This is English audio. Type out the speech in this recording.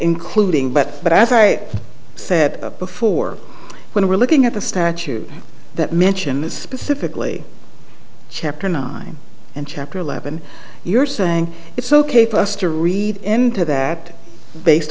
including but but as i said before when we're looking at the statute that mention is specifically chapter nine and chapter eleven you're saying it's ok for us to read into that based